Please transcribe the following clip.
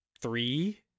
three